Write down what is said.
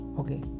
okay